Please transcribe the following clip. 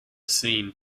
scene